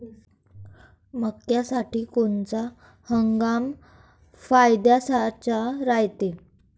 मक्क्यासाठी कोनचा हंगाम फायद्याचा रायते?